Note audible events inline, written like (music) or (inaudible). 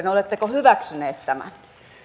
(unintelligible) ja oletteko hyväksyneet tämän